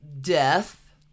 death